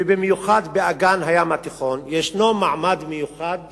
ובמיוחד באגן הים התיכון, ישנו מעמד מיוחד